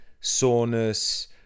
soreness